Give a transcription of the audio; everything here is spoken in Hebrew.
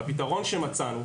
הפתרון שמצאנו,